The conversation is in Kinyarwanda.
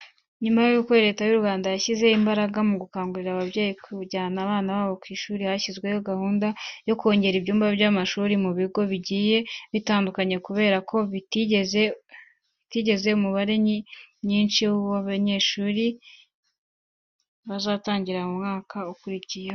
Nyuma yuko Leta y'u Rwanda ishyize imbaraga mu gukangurira ababyeyi kujyana abana babo ku ishuri, hashyizweho gahunda yo kongera ibyumba by'amashuri mu bigo bigiye bitandukanye kubera ko biteze umubare myinshi w'abanyeshuri bazatangira mu mwaka ukurikiyeho.